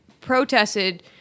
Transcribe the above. protested